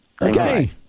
Okay